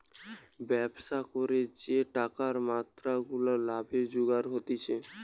ব্যবসা করে যে টাকার মাত্রা গুলা লাভে জুগার হতিছে